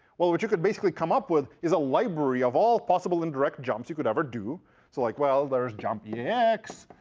well, what you can basically come up with is a library of all possible indirect jumps you can ever do. so like well, there is jump yeah eax,